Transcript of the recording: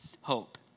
hope